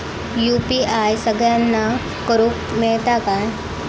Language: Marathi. यू.पी.आय सगळ्यांना करुक मेलता काय?